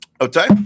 Okay